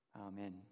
Amen